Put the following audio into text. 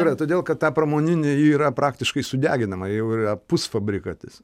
yra todėl kad ta pramoninė yra praktiškai sudeginama jau yra pusfabrikatis